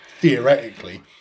theoretically